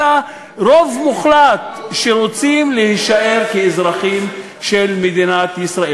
אלא רוב מוחלט רוצים להישאר אזרחים של מדינת ישראל.